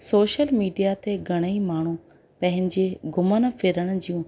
social media ते घणेई माण्हू पंहिंजे घुमण फिरण जूं